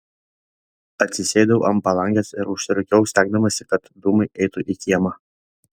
atsisėdau ant palangės ir užsirūkiau stengdamasi kad dūmai eitų į kiemą